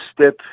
step